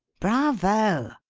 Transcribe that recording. bravo!